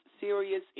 serious